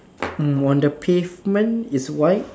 mm on the pavement is white